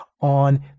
on